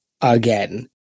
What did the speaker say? again